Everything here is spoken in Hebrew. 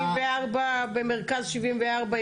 במרכז 74,